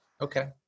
Okay